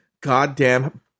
goddamn